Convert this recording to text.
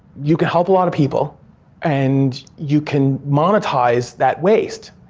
you can help a lot of people and you can monetize that waste.